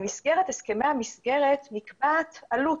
במסגרת הסכמי המסגרת נקבעת עלות,